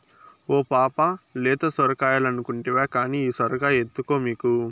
ఓ పాపా లేత సొరకాయలెక్కుంటివి కానీ ఈ సొరకాయ ఎత్తుకో మీకు